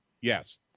Yes